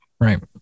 Right